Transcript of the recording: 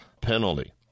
penalty